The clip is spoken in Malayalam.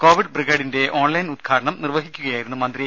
കോവിഡ് ബ്രിഗേഡിന്റെ ഓൺലൈൻ ഉദ്ഘാടനം നിർവഹിക്കുകയായിരുന്നു മന്ത്രി